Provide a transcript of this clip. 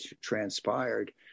transpired